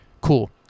Cool